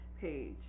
page